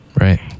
Right